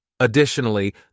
Additionally